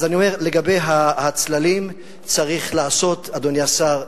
אז אני אומר, לגבי הצללים, צריך לעשות, אדוני השר,